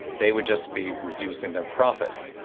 they would just be reducing their profits.